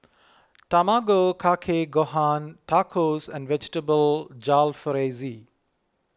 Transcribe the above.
Tamago Kake Gohan Tacos and Vegetable Jalfrezi